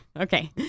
Okay